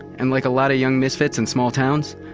and like a lot of young misfits and small towns,